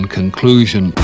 conclusion